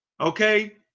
okay